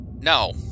no